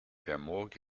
vermont